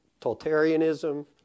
totalitarianism